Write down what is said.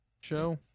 Show